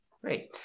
Great